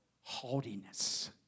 haughtiness